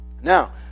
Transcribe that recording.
Now